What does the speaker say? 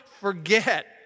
forget